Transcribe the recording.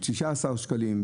ב-19 שקלים,